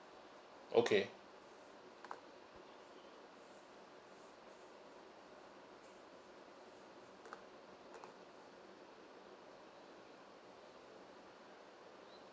okay